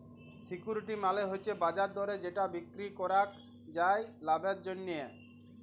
security মালে হচ্যে বাজার দরে যেটা বিক্রি করাক যায় লাভের জন্যহে